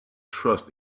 trust